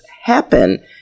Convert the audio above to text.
happen